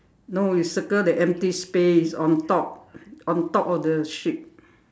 no you circle the empty space on top on top of the sheep